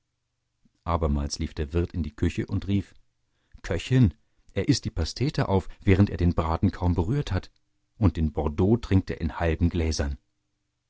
abermals lief der wirt in die küche und rief köchin er ißt die pastete auf während er den braten kaum berührt hat und den bordeaux trinkt er in halben gläsern